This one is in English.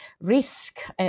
risk